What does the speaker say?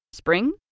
spring